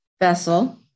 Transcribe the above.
vessel